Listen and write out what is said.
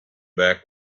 back